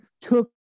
took